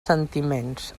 sentiments